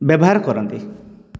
ବ୍ୟବହାର କରନ୍ତି